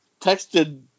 texted